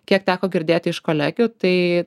kiek teko girdėti iš kolegių tai